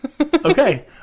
okay